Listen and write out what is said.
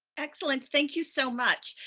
excellent. thank you so much.